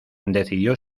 decidió